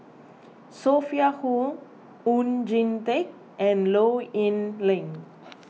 Sophia Hull Oon Jin Teik and Low Yen Ling